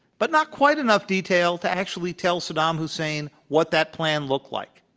but not quite enough detail to actually tell saddam hussein what that plan looked like.